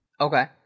Okay